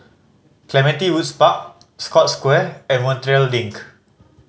Clementi Woods Park Scotts Square and Montreal Link